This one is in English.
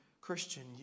Christian